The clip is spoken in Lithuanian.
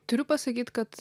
turiu pasakyt kad